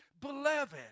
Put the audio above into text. beloved